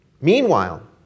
Meanwhile